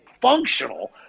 functional